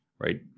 right